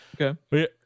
Okay